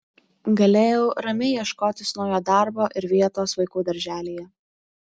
galėjau ramiai ieškotis naujo darbo ir vietos vaikų darželyje